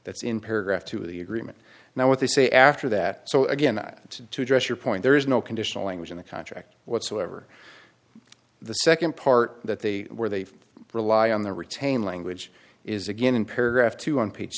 that's in paragraph two of the agreement now what they say after that so again that to address your point there is no conditional language in the contract whatsoever the nd part that they where they rely on the retain language is again in paragraph two on page